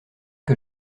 que